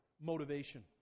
motivation